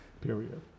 period